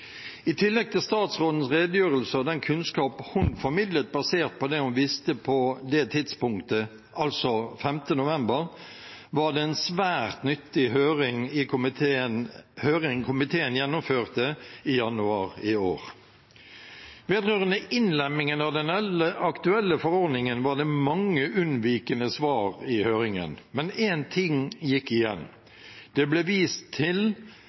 I tillegg til statsrådens redegjørelse og den kunnskap hun formidlet basert på det hun visste på det tidspunktet, altså 5. november, var det en svært nyttig høring komiteen gjennomførte i januar i år. Vedrørende innlemmingen av den aktuelle forordningen var det mange unnvikende svar i høringen, men én ting gikk igjen: Det ble vist til